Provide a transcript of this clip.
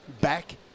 back